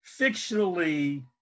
fictionally